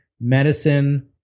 medicine